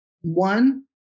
one